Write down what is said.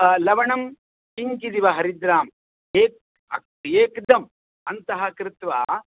लवणं किञ्चिदिव हरिद्राम् एक् एक्दम् अन्तः कृत्वा